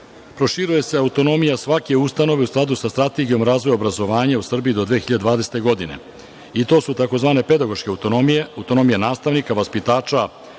proširuje se autonomija svake ustanove u skladu sa Strategijom razvoja i obrazovanja u Srbiji do 2020. godine. To su tzv. pedagoške autonomije, autonomije nastavnika, vaspitača